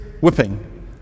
whipping